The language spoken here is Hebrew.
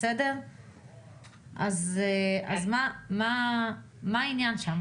אז מה העניין שם?